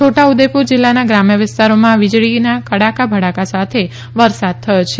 છોટા ઉદ્દેપુર જિલ્લાના ગ્રામ્ય વિસ્તારોમાં વીજળીના કડકા ભડાકા સાથે વરસાદ થયો છે